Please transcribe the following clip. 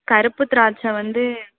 கருப்பு திராட்சை வந்து